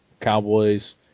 Cowboys